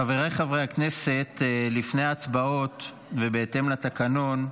חבריי חברי הכנסת, לפני ההצבעות ובהתאם לתקנון,